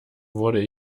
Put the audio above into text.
wurde